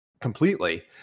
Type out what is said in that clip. completely